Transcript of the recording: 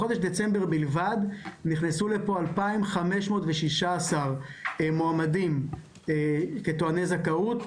בחודש דצמבר בלבד נכנסו לפה 2,516 מועמדים כטועני זכאות,